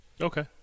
Okay